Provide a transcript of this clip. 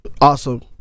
Awesome